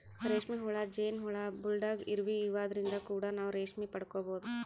ರೇಶ್ಮಿ ಹುಳ, ಜೇನ್ ಹುಳ, ಬುಲ್ಡಾಗ್ ಇರುವಿ ಇವದ್ರಿನ್ದ್ ಕೂಡ ನಾವ್ ರೇಶ್ಮಿ ಪಡ್ಕೊಬಹುದ್